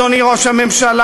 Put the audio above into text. אדוני ראש הממשלה,